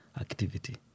activity